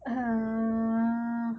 uh